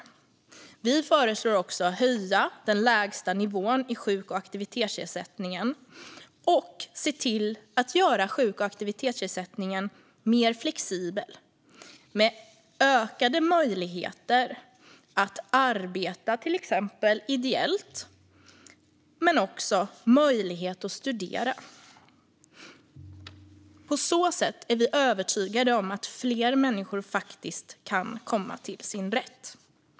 Miljöpartiet föreslår också en höjning av den lägsta nivån i både sjuk och aktivitetsersättningen och att man gör den mer flexibel med ökade möjligheter att arbeta till exempel ideellt men också att studera. Vi är övertygade om att fler människor på så sätt kan komma till sin rätt.